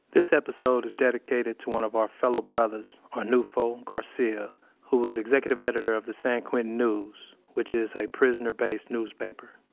this episode is dedicated to one of our fellow brothers arnulfo garcia who was executive editor of the san quentin news, which is a prisoner-based newspaper.